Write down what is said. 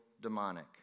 demonic